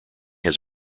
had